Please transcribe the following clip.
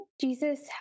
Jesus